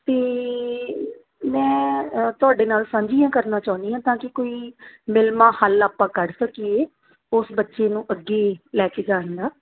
ਅਤੇ ਮੈਂ ਤੁਹਾਡੇ ਨਾਲ ਸਾਂਝੀਆ ਕਰਨਾ ਚਾਹੁੰਦੀ ਹਾਂ ਤਾਂ ਕਿ ਕੋਈ ਮਿਲਵਾਂ ਹੱਲ ਆਪਾਂ ਕੱਢ ਸਕੀਏ ਉਸ ਬੱਚੇ ਨੂੰ ਅੱਗੇ ਲੈ ਕੇ ਜਾਣ ਦਾ